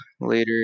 later